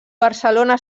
barcelona